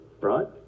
right